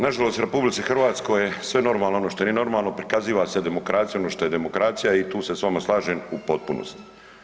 Nažalost RH je sve normalno ono što nije normalno, prikaziva se demokracija ono što je demokracija i tu se s vama slažem u potpunosti.